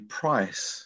price